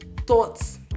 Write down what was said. thoughts